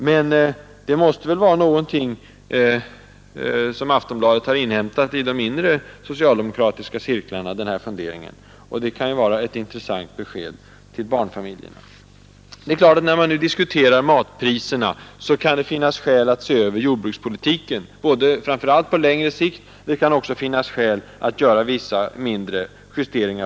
De här funderingarna måste väl Aftonbladet ha inhämtat i de inre socialdemokratiska cirklarna, och det kan ju vara ett intressant besked till barnfamiljerna. När man diskuterar matpriserna kan man självfallet finna skäl att se över jordbrukspolitiken, framför allt på längre sikt, men även på kort sikt för vissa mindre justeringar.